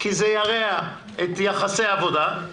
כי זה ירע את יחסי העבודה.